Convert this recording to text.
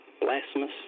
blasphemous